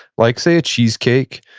like say a cheesecake,